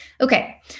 Okay